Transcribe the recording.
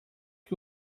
que